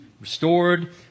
restored